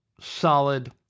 solid